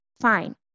Fine